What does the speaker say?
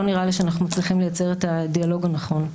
נראה לי שאנחנו מצליחים לייצר את הדיאלוג הנכון.